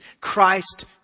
Christ